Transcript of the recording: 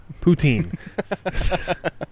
poutine